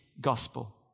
gospel